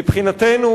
מבחינתנו,